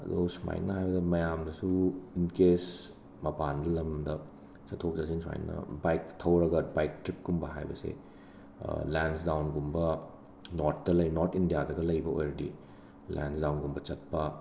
ꯑꯗꯣ ꯁꯨꯃꯥꯏꯅ ꯍꯥꯏꯕꯗ ꯃꯌꯥꯝꯗꯁꯨ ꯏꯟ ꯀꯦꯁ ꯃꯄꯥꯟꯗ ꯂꯝꯗ ꯆꯠꯊꯣꯛ ꯆꯠꯁꯤꯟ ꯁꯨꯃꯥꯏꯅ ꯕꯥꯏꯛꯇ ꯊꯧꯔꯒ ꯕꯥꯏꯛ ꯇ꯭ꯔꯤꯞꯀꯨꯝꯕ ꯍꯥꯏꯕꯁꯦ ꯂꯦꯟꯁꯗꯥꯎꯟꯒꯨꯝꯕ ꯅꯣꯔꯠꯇ ꯂꯩ ꯅꯣꯔꯠ ꯏꯟꯗ꯭ꯌꯥꯗꯒ ꯂꯩꯕ ꯑꯣꯏꯔꯗꯤ ꯂꯦꯟꯁꯗꯥꯎꯟꯒꯨꯝꯕ ꯆꯠꯄ